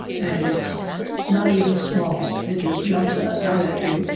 and it's not even small, it just jumps ah out at you.